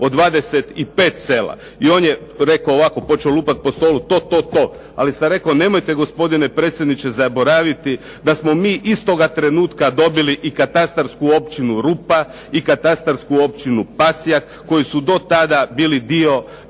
o 25 sela. I on je rekao ovako, početo lupati po stolu, to, to, to. Ali sam rekao nemojte gospodine predsjedniče zaboraviti da smo mi istoga trenutka dobili i katastarsku općinu Rupa, i katastarsku općinu Pasjak, koji su do tada bili dio